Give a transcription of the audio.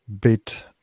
bit